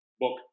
book